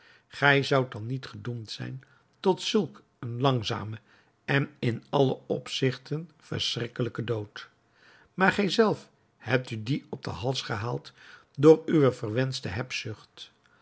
gij zoudt dan niet gedoemd zijn tot zulk een langzamen en in alle opzigten verschrikkelijken dood maar gij zelf hebt u dien op den hals gehaald door uwe verwenschte hebzucht